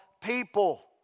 people